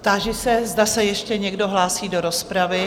Táži se, zda se ještě někdo hlásí do rozpravy?